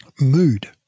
Mood